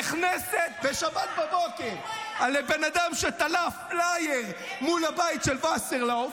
נכנסת בשבת בבוקר לבן אדם שתלה פלייר מול הבית של וסרלאוף,